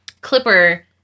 clipper